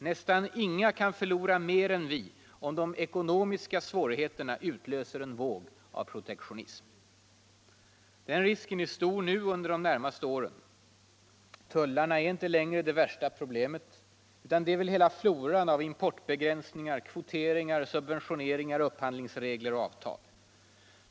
Nästan inga kan förlora mer än vi om de ekonomiska svårigheterna utlöser en våg av protektionism. Den risken är stor nu och under de närmaste åren. Tullarna är inte längre det värsta problemet — det är hela floran av importbegränsningar, kvoteringar, subventioneringar, upphandlingsregler och avtal.